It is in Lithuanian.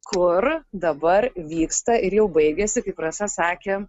kur dabar vyksta ir jau baigiasi kaip rasa sakė